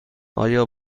آیا